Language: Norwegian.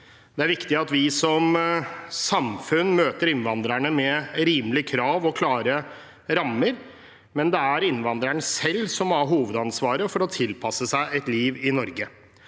Det er viktig at vi som samfunn møter innvandrerne med rimelige krav og klare rammer, men det er innvandrerne selv som har hovedansvaret for å tilpasse seg et liv i Norge.